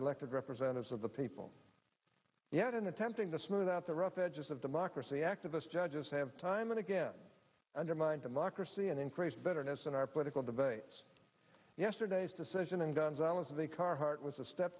elected representatives of the people yet in attempting to smooth out the rough edges of democracy activist judges have time and again undermine democracy and increased bitterness in our political debates yesterday's decision and gun zones of the carhartt was a step